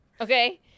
Okay